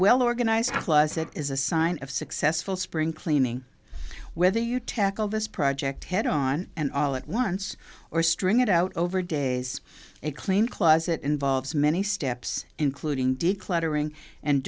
well organized plus it is a sign of successful spring cleaning whether you tackle this project head on and all at once or string it out over days a clean closet involves many steps including declaring and